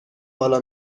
بالا